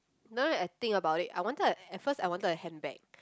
now I think about it I wanted at first I wanted a handbag